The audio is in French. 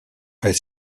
est